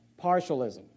partialism